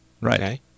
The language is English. Right